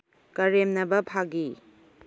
ꯀꯔꯦꯝꯅꯕ ꯐꯥꯒꯤ